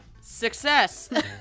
Success